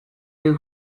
you